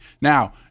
Now